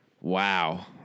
Wow